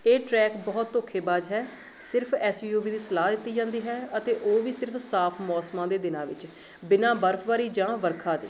ਇਹ ਟ੍ਰੈਕ ਬਹੁਤ ਧੋਖੇਬਾਜ਼ ਹੈ ਸਿਰਫ ਐੱਸ ਯੂ ਵੀ ਦੀ ਸਲਾਹ ਦਿੱਤੀ ਜਾਂਦੀ ਹੈ ਅਤੇ ਉਹ ਵੀ ਸਿਰਫ਼ ਸਾਫ਼ ਮੌਸਮਾਂ ਦੇ ਦਿਨਾਂ ਵਿੱਚ ਬਿਨਾਂ ਬਰਫ਼ਬਾਰੀ ਜਾਂ ਵਰਖਾ ਦੇ